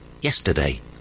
yesterday